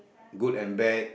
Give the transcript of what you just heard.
good and bad